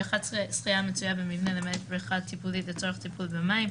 ב-11 שחייה המצויה במבנה למעט בריכה טיפולית לצורך טיפול במים,